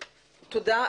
תודה,